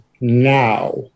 now